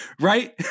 right